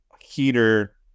heater